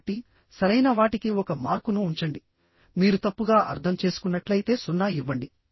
కాబట్టిసరైన వాటికి ఒక మార్కును ఉంచండిమీరు తప్పుగా అర్థం చేసుకున్నట్లయితే 0 ఇవ్వండి